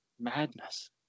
madness